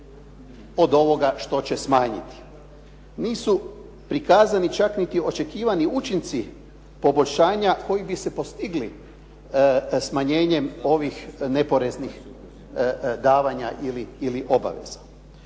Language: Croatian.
od ovoga što će smanjiti. Nisu prikazani čak niti očekivani učinci poboljšanja koji bi se postigli smanjenjem ovih neporeznih davanja ili obaveza.